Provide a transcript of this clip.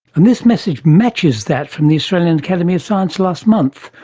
and this message matches that from the australian academy of science last month,